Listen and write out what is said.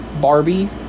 Barbie